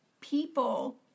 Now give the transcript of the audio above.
people